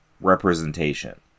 representation